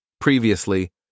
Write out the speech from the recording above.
Previously